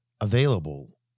available